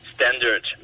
Standard